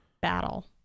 Battle